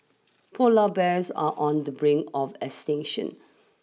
polar bears are on the brink of extinction